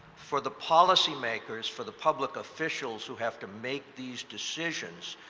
for the policymakers, for the public officials who have to make these decisions,